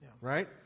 Right